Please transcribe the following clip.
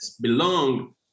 belong